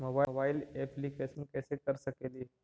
Mobile application कैसे कर सकेली?